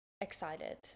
excited